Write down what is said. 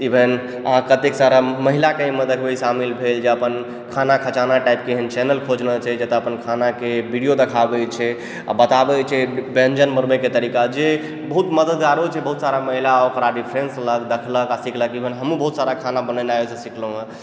even अहाँ कतेक सारा महिलाके ऐ मे देखबै शामिल भेल जे अपन खाना खजाना टाइप के एहन चैनल खोजने छै जतऽअपन खानाके वीडियो देखाबय छै आ बताबय छै व्यञ्जन बनबय के तरीका जे बहुत मददगारो छै बहुत सारा महिला ओकरा रेफरेन्स लेलक आ देखलक आ सिखलक हमहुँ बहुत सारा खाना बनेनाइ ओहिसँ सिखलौंहें